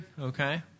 okay